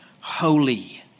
holy